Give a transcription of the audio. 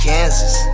Kansas